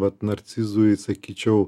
vat narcizų sakyčiau